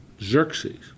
Xerxes